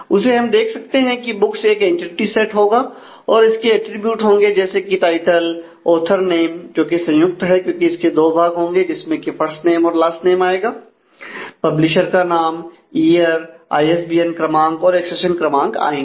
उसे हम देख सकते हैं की बुक्स एक एंटिटी सेट होगा और इसके अटरीब्यूट्स होंगे जैसे कि टाइटल ऑथर नेम जो कि संयुक्त है क्योंकि इसके 2 भाग होंगे जिसमें की फर्स्ट नेम और लास्ट नेम आएगा पब्लिशर का नाम ईयर आईएसबीएन क्रमांक और एक्सेशन क्रमांक आएंगे